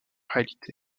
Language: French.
réalité